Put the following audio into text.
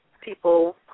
people